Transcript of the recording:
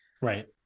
right